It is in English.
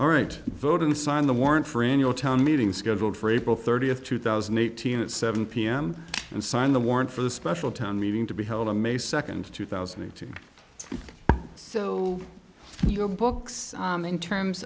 all right voting sign the warrant for in your town meeting scheduled for april thirtieth two thousand and eighteen at seven pm and sign the warrant for the special town meeting to be held on may second two thousand and two so your books in terms